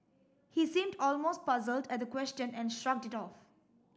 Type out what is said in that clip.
he seemed almost puzzled at the question and shrugged it off